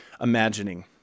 imagining